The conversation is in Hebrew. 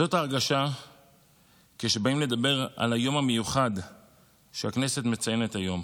זאת ההרגשה כשבאים לדבר על היום המיוחד שהכנסת מציינת היום.